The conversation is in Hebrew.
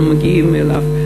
אנחנו מגיעים אליו,